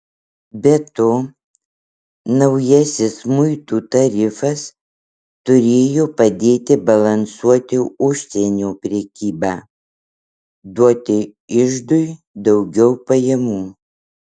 be to naujasis muitų tarifas turėjo padėti balansuoti užsienio prekybą duoti iždui daugiau pajamų